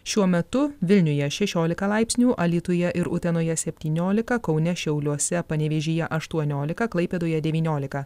šiuo metu vilniuje šešiolika laipsnių alytuje ir utenoje septyniolika kaune šiauliuose panevėžyje aštuoniolika klaipėdoje devyniolika